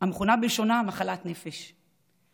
המכונה בלשונה "מחלת נפש".